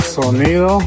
sonido